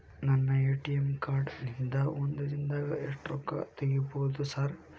ನನ್ನ ATM card ನಿಂದಾ ಒಂದ್ ದಿಂದಾಗ ಎಷ್ಟ ರೊಕ್ಕಾ ತೆಗಿಬೋದು ಸಾರ್?